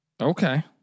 Okay